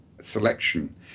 selection